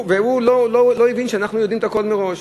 הוא לא הבין שאנחנו יודעים הכול מראש.